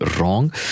wrong